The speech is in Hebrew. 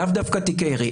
לאו דווקא תיקי ירי.